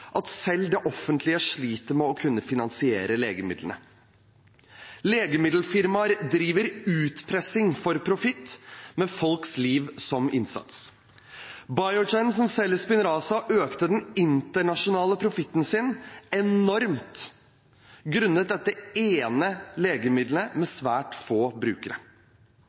at selv det offentlige sliter med å kunne finansiere legemidlene. Legemiddelfirmaer driver utpressing for profitt med folks liv som innsats. Biogen, som selger Spinraza, økte den internasjonale profitten sin enormt grunnet dette ene legemiddelet, med svært få brukere.